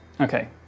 Okay